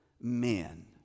men